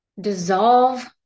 dissolve